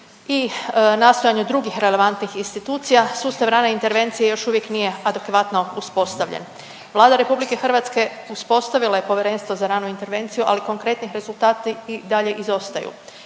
i nastojanju drugih relevantnih institucija, sustav rane intervencije još uvijek nije adekvatno uspostavljen. Vlada RH uspostavila je Povjerenstvo za ranu intervenciju, ali konkretni rezultati i dalje izostaju.